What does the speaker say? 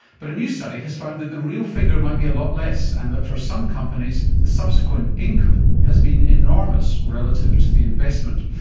but a new study has found that the real figure might be a lot less and that for some companies the subsequent income has been enormous relative to the investment.